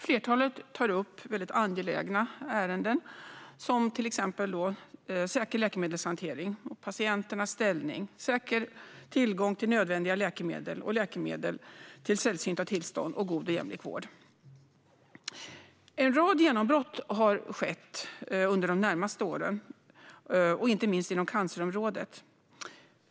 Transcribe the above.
Flertalet tar upp angelägna ärenden som säker läkemedelshantering, patienternas ställning, säker tillgång till nödvändiga läkemedel och läkemedel till sällsynta tillstånd samt god och jämlik vård. En rad genombrott har skett under de senaste åren, inte minst inom cancerområdet.